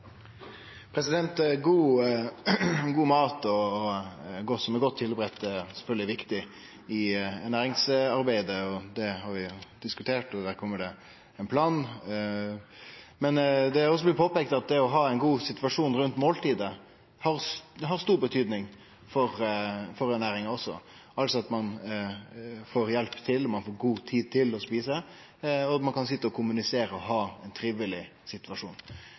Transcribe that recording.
gjøre. God mat som er godt laga, er sjølvsagt viktig i ernæringsarbeidet. Det har vi diskutert, og det kjem ein plan. Men det er også blitt påpeikt at det å ha ein god situasjon rundt måltidet også er viktig for ernæringa, altså at ein får hjelp til og god tid til å ete, og at ein kan sitje og kommunisere og ha ein triveleg situasjon.